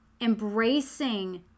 embracing